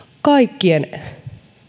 kaikkien